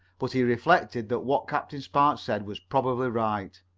but he reflected that what captain spark said was probably right,